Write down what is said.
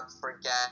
forget